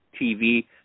TV